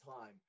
time